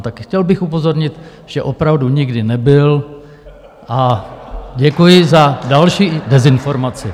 Tak chtěl bych upozornit, že opravdu nikdy nebyl, a děkuji za další dezinformaci.